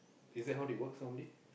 is that how they works normally